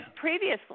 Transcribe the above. previously